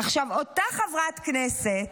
עכשיו, אותה חברת כנסת